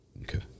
Okay